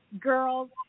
girls